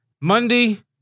Monday